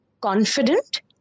confident